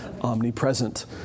omnipresent